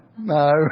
No